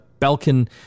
Belkin